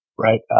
Right